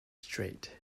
straight